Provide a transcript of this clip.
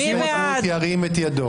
ירים את ידו.